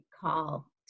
call